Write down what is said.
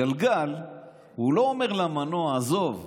הגלגל לא אומר למנוע: עזוב,